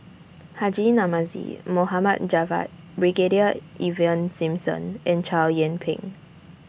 Haji Namazie Mohd Javad Brigadier Ivan Simson and Chow Yian Ping